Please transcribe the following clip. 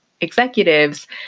executives